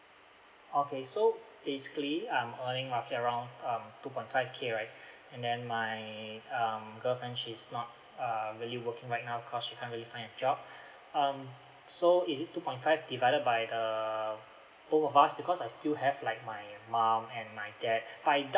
okay so basically I'm earning roughly around um two point five K right and then my um girlfriend she's not err really working right now cause she can't really find a job um so is it two point five divided by the both of us because I still have like my mom and my dad I